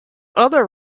other